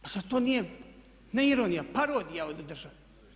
Pa zar to nije ne ironija, parodija od države?